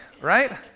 right